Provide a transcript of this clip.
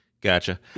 Gotcha